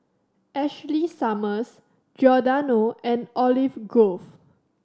Ashley Summers Giordano and Olive Grove